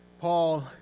Paul